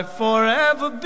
forever